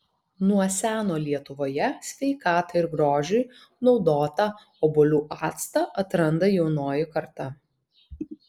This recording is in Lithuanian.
nuo seno lietuvoje sveikatai ir grožiui naudotą obuolių actą atranda jaunoji karta